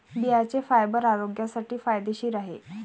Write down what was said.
बियांचे फायबर आरोग्यासाठी फायदेशीर आहे